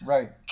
Right